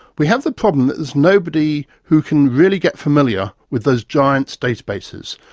we have the problem that there's nobody who can really get familiar with those giant databases.